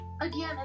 again